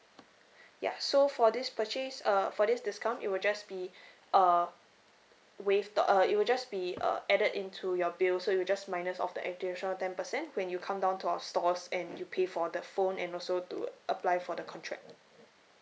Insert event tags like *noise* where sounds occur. ya so for this purchase uh for this discount it will just be *breath* uh waived the uh it will just be uh added into your bill so it will just minus off the additional ten percent when you come down to our stores and you pay for the phone and also to apply for the contract